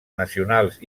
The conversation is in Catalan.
nacionals